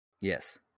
Yes